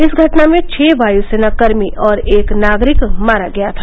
इस घटना में छह वायुसेना कर्मी और एक नागरिक मारा गया था